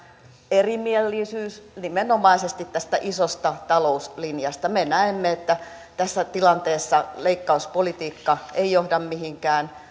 erimielisyys nimenomaisesti tästä isosta talouslinjasta me näemme että tässä tilanteessa leikkauspolitiikka ei johda mihinkään